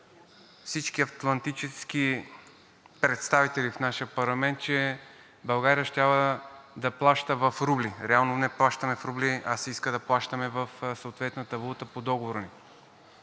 всички атлантически представители в нашия парламент, че България щяла да плаща в рубли. Реално не плащаме в рубли, а се иска да плащаме в съответната валута по договора ни.